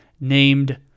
named